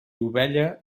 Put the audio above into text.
ovella